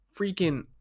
freaking